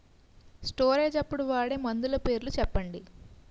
Storage అప్పుడు వాడే మందులు పేర్లు చెప్పండీ?